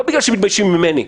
זה לא בגלל שהם מתביישים ממני,